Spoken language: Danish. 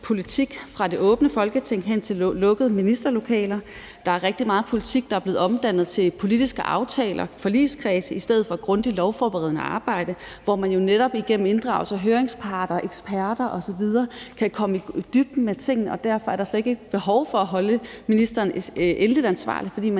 politik fra det åbne Folketing hen til lukkede ministerlokaler, og at der er rigtig meget politik, der er blevet omdannet til politiske aftaler og forligskredse i stedet for grundigt lovforberedende arbejde, hvor man jo netop igennem inddragelse af høringsparter, eksperter osv. kan komme i dybden med tingene, og hvor der slet ikke er behov for at holde ministeren endeligt ansvarlig, fordi man